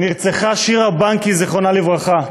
נרצחה שירה בנקי, זיכרונה לברכה.